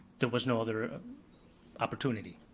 there was no other opportunity.